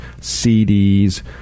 CDs